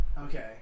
Okay